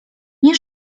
nie